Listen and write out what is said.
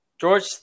George